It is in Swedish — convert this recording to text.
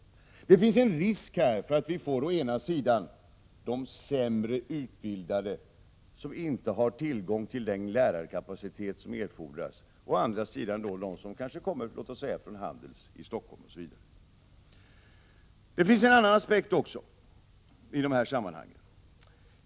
Det finns en risk att vi får å ena sidan sämre utbildade som inte har tillgång till den lärarkapacitet som erfordras och å andra sidan de som kanske kommer från Handels i Stockholm osv. Det finns i detta sammanhang även en annan aspekt.